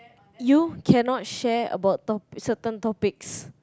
you cannot share about topic certain topics